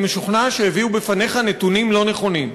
אני משוכנע שהביאו בפניך נתונים לא נכונים.